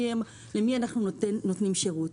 למי אנחנו נותנים שירות.